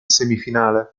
semifinale